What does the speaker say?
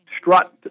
strut